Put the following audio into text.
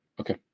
okay